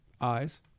Eyes